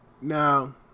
now